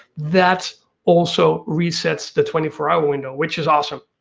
that also resets the twenty four hour window, which is awesome.